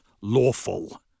lawful